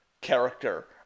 character